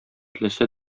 теләсә